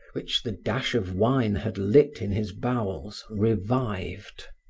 which the dash of wine had lit in his bowels, revived.